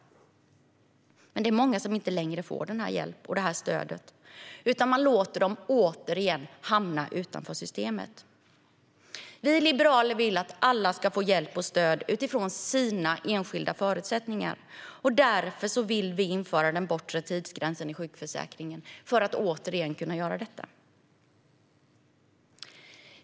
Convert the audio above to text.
Men nu är det många som inte längre får denna hjälp och detta stöd utan man låter dem återigen hamna utanför systemet. Vi liberaler vill att alla ska få hjälp och stöd utifrån sina enskilda förutsättningar, och därför vill vi återinföra den bortre tidsgränsen i sjukförsäkringen.